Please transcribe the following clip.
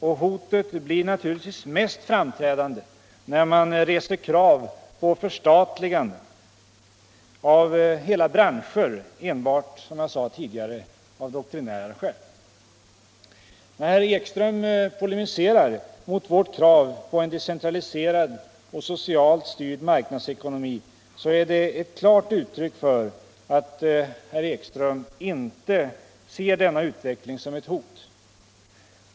Och hotet blir naturligtvis mest framträdande när man, som jag sade tidigare, enbart av doktrinära skäl reser krav på förstatligande av hela branscher. När herr Ekström polemiserar mot vårt krav på en decentraliserad och socialt styrd marknadsekonomi, så är det ett klart uttryck för att han inte ser denna utveckling som ett hot.